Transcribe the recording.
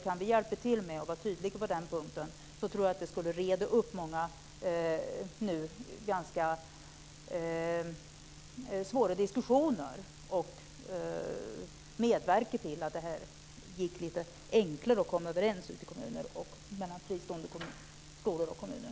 Kan vi hjälpa till med att vara tydliga på den punkten tror jag att många ganska svåra diskussioner skulle redas upp, och det skulle medverka till att det gick lite enklare att komma överens ute i kommunerna mellan fristående skolor och kommuner.